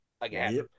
Again